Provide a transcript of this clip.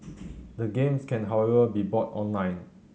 the games can however be bought online